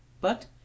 But